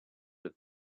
have